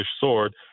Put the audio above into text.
sword